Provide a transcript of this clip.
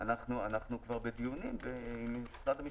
אנחנו כבר בדיונים עם משרד המשפטים.